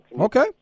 Okay